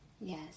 Yes